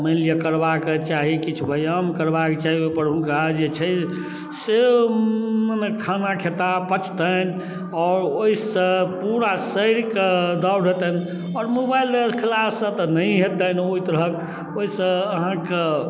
मानि लिअऽ करबाके चाही किछु व्यायाम करबाके चाही ओहिपर हुनका जे छै से मने खाना खेताह पचतनि आओर ओहिसँ पूरा शरीरके दौड़ हेतनि आओर मोबाइल देखलासँ तऽ नहि हेतनि ओहि तरहके ओहिसँ अहाँके